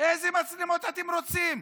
איזה מצלמות אתם רוצים?